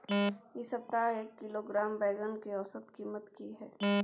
इ सप्ताह एक किलोग्राम बैंगन के औसत कीमत की हय?